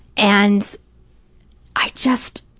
and i just,